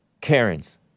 Karens